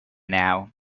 now